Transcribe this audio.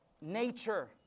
nature